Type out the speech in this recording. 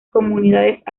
comunidades